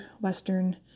western